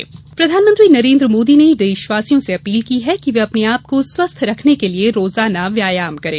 योग दिवस प्रधानमंत्री नरेन्द्र मोदी ने देशवासियों से अपील की है कि वे अपने आप को स्वस्थ्य रखने के लिये रोजाना व्यायाम करें